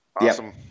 Awesome